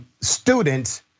students